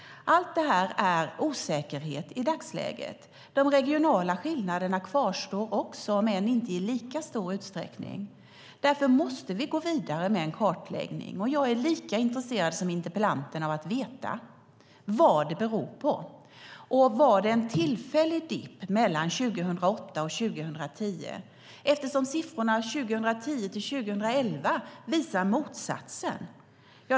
Allt detta är i dagsläget osäkert. De regionala skillnaderna kvarstår också, om än inte i lika stor utsträckning. Därför måste vi gå vidare med en kartläggning. Jag är lika intresserad som interpellanten av att veta vad det beror på. Var det en tillfällig dipp mellan 2008 och 2010? Siffrorna 2010-2011 visar nämligen motsatsen.